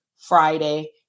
Friday